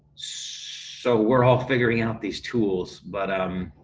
so we're all figuring out these tools, but um